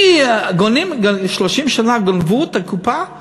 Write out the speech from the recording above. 30 שנה גנבו את הקופה?